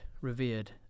revered